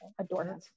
adorable